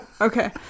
okay